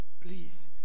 please